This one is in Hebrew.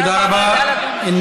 תודה רבה.